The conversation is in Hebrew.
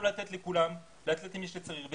לא לתת לכולם אלא למי שצריך.